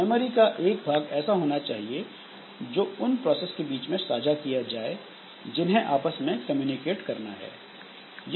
memory का एक भाग ऐसा होना चाहिए जो उन प्रोसेस के बीच में साझा किया जाए जिन्हें आपस में कम्युनिकेट करना है